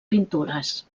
pintures